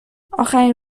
اخرین